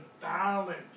balance